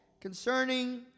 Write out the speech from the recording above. concerning